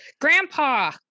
Grandpa